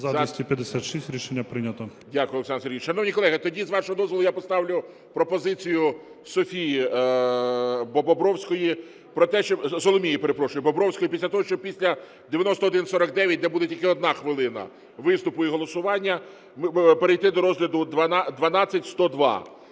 Р.О. ГОЛОВУЮЧИЙ. Дякую, Олександр Сергійович. Шановні колеги, тоді, з вашого дозволу, я поставлю пропозицію Софії Бобровської про те, що… Соломії, перепрошую, Бобровської після того, що після 9149, де буде тільки одна хвилина виступу і голосування, перейти до розгляду 12102.